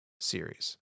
series